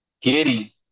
Giddy